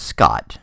Scott